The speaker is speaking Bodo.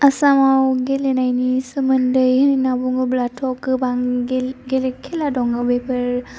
आसामाव गेलेनायनि सोमोन्दै होनना बुङोब्लाथ' गोबां गेले खेला दङ बेफोर